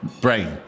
brain